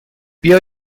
بیا